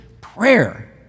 prayer